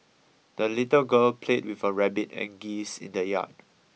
the little girl played with her rabbit and geese in the yard